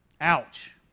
Ouch